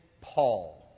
Paul